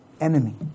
enemy